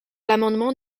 l’amendement